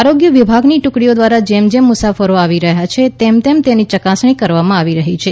આરોગ્ય વિભાગની ટૂકડીઓ દ્વારા જેમ જેમ મુસાફરો આવી રહ્યા છે તેની ચકાસણી કરવામાં આવી રહી છે